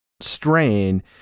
strain